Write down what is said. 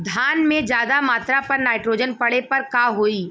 धान में ज्यादा मात्रा पर नाइट्रोजन पड़े पर का होई?